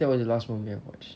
that was the last movie I watched